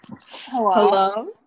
hello